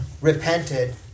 repented